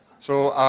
so